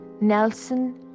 Nelson